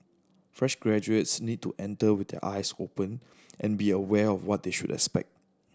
fresh graduates need to enter with their eyes open and be aware of what they should expect